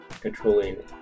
controlling